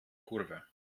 kurve